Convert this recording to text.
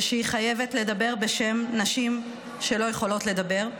ושהיא חייבת לדבר בשם נשים שלא יכולות לדבר,